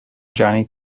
johnny